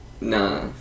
nah